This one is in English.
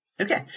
Okay